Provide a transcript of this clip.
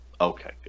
Okay